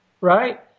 right